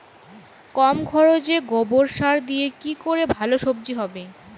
কম খরচে গোবর সার দিয়ে কি করে ভালো সবজি হবে?